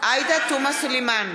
עאידה תומא סלימאן,